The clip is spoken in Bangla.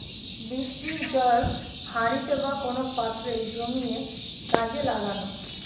বৃষ্টির জল হাঁড়িতে বা কোন পাত্রে জমিয়ে কাজে লাগানো